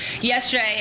yesterday